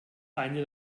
eine